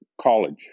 college